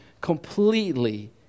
completely